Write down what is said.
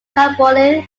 carbonyl